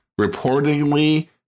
reportedly